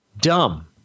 Dumb